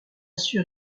sûr